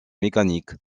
mécaniques